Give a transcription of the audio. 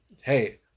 hey